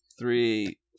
three